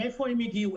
מהיכן הם הגיעו,